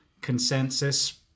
consensus